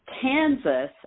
Kansas